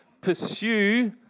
Pursue